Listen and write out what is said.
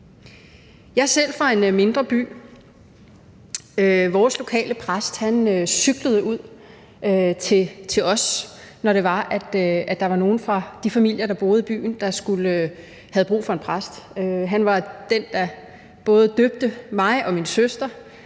er selv fra en mindre by. Vores lokale præst cyklede ud til os, når det var, der var nogen fra de familier, der boede i byen, der havde brug for en præst. Han var den, der døbte både mig og min søster,